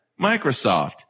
Microsoft